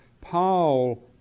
Paul